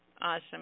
Awesome